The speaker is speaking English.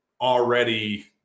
already